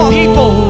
people